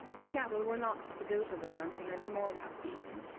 the cattle were not to go to the mountain any more that season,